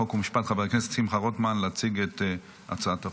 חוק ומשפט חבר הכנסת שמחה רוטמן להציג את הצעת החוק.